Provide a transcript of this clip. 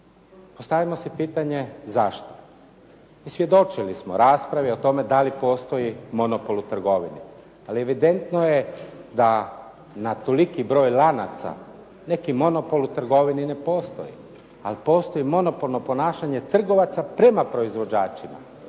Postavimo si pitanje zašto. Svjedočili smo raspravi o tome da li postoji monopol u trgovini, ali evidentno je da na toliki broj lanac neki monopol u trgovini ne postoji, ali postoji monopolno ponašanje trgovaca prema proizvođačima